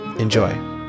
Enjoy